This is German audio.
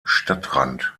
stadtrand